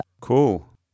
Cool